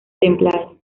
templado